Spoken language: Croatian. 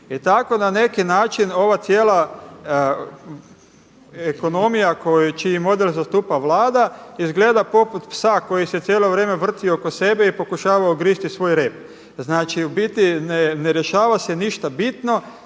I tako na neki način ova cijela ekonomija čiji model zastupa Vlada izgleda poput psa koji se cijelo vrijeme vrti oko sebe i pokušava ugristi svoj rep. Znači u biti ne rješava se ništa bitno.